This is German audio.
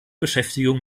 beschäftigung